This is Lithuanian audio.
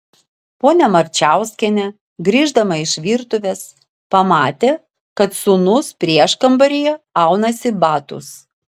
ponia marčiauskienė grįždama iš virtuvės pamatė kad sūnus prieškambaryje aunasi batus